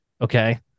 okay